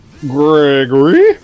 Gregory